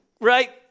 right